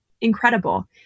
incredible